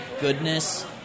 goodness